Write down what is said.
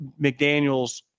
McDaniels